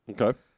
Okay